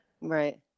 Right